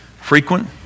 frequent